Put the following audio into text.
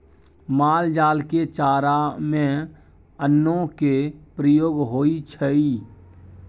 माल जाल के चारा में अन्नो के प्रयोग होइ छइ